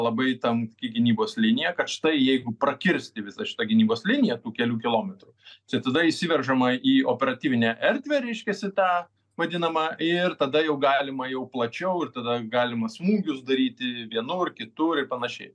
labai tanki gynybos linija kad štai jeigu prakirsti visą šitą gynybos liniją tų kelių kilometrų tai tada įsiveržama į operatyvinę erdvę reiškiasi tą vadinamą ir tada jau galima jau plačiau ir tada galima smūgius daryti vienur kitur ir panašiai